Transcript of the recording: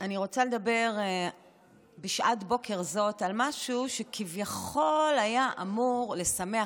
אני רוצה לדבר בשעת בוקר זו על משהו שכביכול היה אמור לשמח,